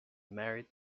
married